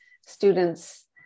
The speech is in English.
students